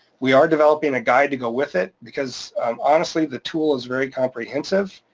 we are developing a guide to go with it because honestly, the tool is very comprehensive.